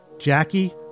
Jackie